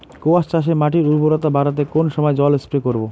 কোয়াস চাষে মাটির উর্বরতা বাড়াতে কোন সময় জল স্প্রে করব?